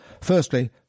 Firstly